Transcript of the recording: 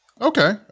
Okay